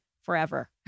forever